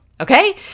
okay